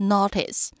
Notice